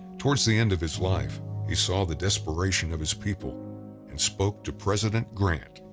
towards the end of his life he saw the desperation of his people and spoke to president grant.